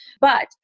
But-